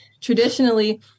traditionally –